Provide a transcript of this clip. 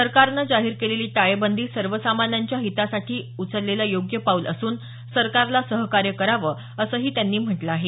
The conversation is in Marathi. सरकारनी जाहीर केलेली टाळेबंदी सर्वसामान्यांच्या हितासाठी उचलेलं योग्य पाऊल असून सरकारला सहकार्य करावं असंही त्यांनी म्हटलं आहे